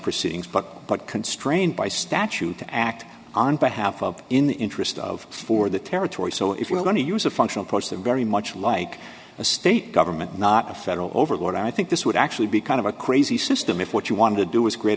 proceedings but but constrained by statute to act on behalf of in the interest of for the territory so if we're going to use a functional person very much like a state government not a federal overlord i think this would actually be kind of a crazy system if what you want to do is create